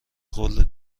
قول